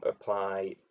apply